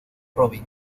robin